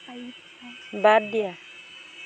বাদ দিয়া